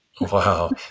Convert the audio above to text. Wow